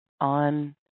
on